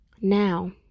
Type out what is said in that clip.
Now